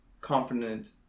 confident